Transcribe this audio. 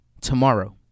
tomorrow